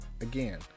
Again